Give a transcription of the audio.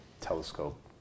telescope